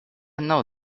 know